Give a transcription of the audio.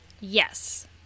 Yes